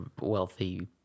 wealthy